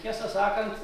tiesą sakant